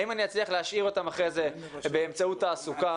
האם אני אצליח להשאיר אותם אחרי זה באמצעות תעסוקה?